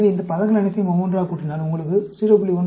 எனவே இந்த பதங்கள் அனைத்தையும் ஒன்றாகக் கூட்டினால் உங்களுக்கு 0